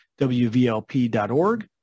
WVLP.org